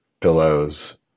pillows